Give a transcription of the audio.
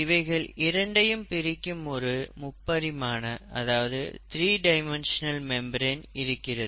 இவைகள் இரண்டையும் பிரிக்கும் ஒரு முப்பரிமாண மெம்பிரன் இருக்கிறது